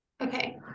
okay